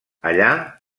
allà